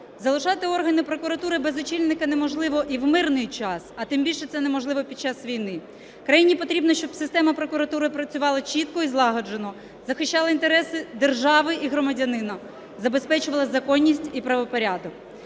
залишати органи прокуратури без очільника неможливо і в мирний час, а тим більше, це неможливо під час війни. Країні потрібно, щоб система прокуратури працювала чітко і злагоджено, захищала інтереси держави і громадянина, забезпечувала законність і правопорядок.